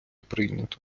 прийнято